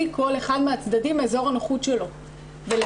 כל אחד מהצדדים מאזור הנוחות שלו ולתת